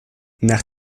nach